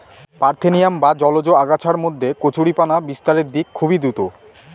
parthenium বা জলজ আগাছার মধ্যে কচুরিপানা বিস্তারের দিক খুবই দ্রূত